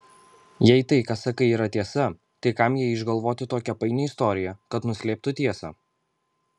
jei tai ką sakai yra tiesa tai kam jai išgalvoti tokią painią istoriją kad nuslėptų tiesą